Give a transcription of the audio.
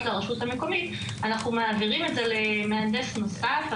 לרשות המקומית אנחנו מעבירים את זה למהנדס נוסף.